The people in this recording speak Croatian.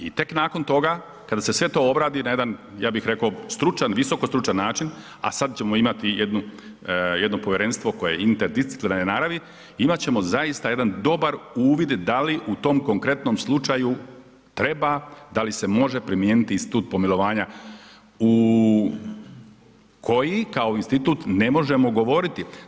I tek nakon toga kada se sve to obradi, ja bih rekao na jedan stručan, visoko stručan način, a sada ćemo imati jedno povjerenstvo koje je interdisciplinarne naravi, imat ćemo zaista jedan dobar uvid da li u tom konkretnom slučaju treba, da li se može primijeniti institut pomilovanja u koji kao institut ne možemo govoriti.